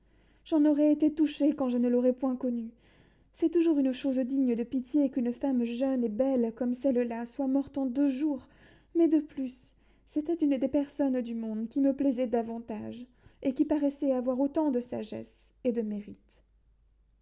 j'en aurais été touchée quand je ne l'aurais point connue c'est toujours une chose digne de pitié qu'une femme jeune et belle comme celle-là soit morte en deux jours mais de plus c'était une des personnes du monde qui me plaisait davantage et qui paraissait avoir autant de sagesse que de mérite